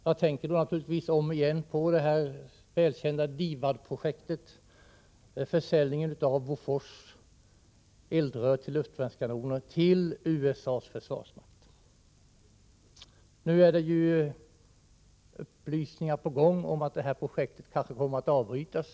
Jag tänker naturligtvis på det välkända DIVAD-projektet och Bofors försäljning till USA:s försvarsmakt av eldrör till luftvärnskanoner. Nu har det sagts att projektet kanske kommer att avbrytas.